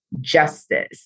justice